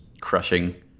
crushing